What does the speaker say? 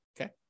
okay